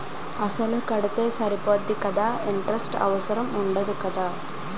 అసలు కడితే సరిపోతుంది కదా ఇంటరెస్ట్ అవసరం ఉండదు కదా?